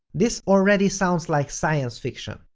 this already sounds like science fiction.